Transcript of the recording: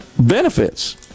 benefits